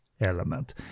element